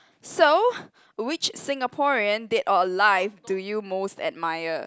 so which Singaporean dead or alive do you most admire